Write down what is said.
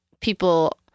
people